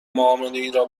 معاملهای